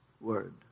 word